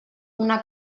una